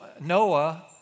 Noah